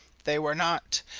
they were not.